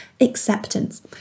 acceptance